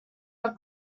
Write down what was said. are